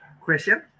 question